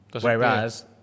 Whereas